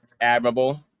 Admirable